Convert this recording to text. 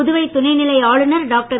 புதுவை துணைநிலை ஆளுநர் டாக்டர்